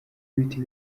ibiti